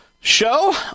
show